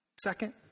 Second